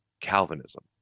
calvinism